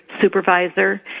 supervisor